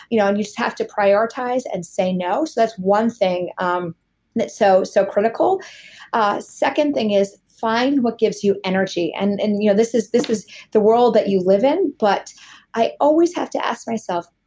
you know and you just have to prioritize and say no. so that's one thing um and it's so so critical second thing is, find what gives you energy. and and you know this is this is the world that you live in, but i always have to ask myself,